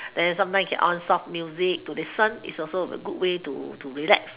then sometime you can on soft music to listen is also a good way to to relax